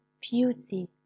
beauty